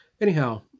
Anyhow